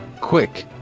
Quick